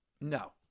No